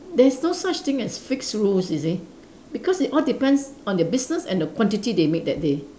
there's no such thing as fixed rules you see because it all depends on the business and the quantity they made that day